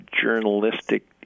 journalistic